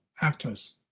actors